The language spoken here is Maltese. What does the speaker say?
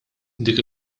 dik